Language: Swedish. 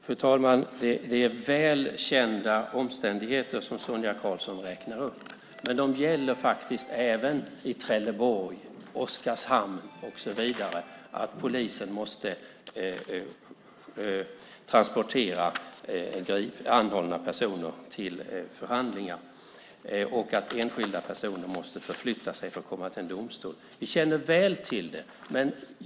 Fru talman! Det är väl kända omständigheter som Sonia Karlsson räknar upp, men de gäller även i Trelleborg, Oskarshamn och så vidare. Polisen måste transportera anhållna personer till förhandlingar, och enskilda personer måste förflytta sig för att komma till en domstol. Vi känner väl till det.